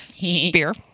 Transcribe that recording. beer